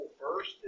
first